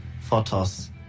Photos